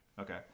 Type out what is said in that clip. Okay